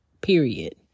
Period